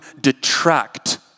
detract